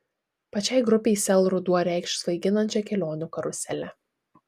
pačiai grupei sel ruduo reikš svaiginančią kelionių karuselę